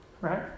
right